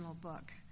book